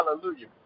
Hallelujah